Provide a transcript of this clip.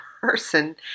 person